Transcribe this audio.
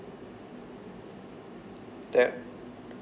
that